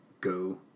go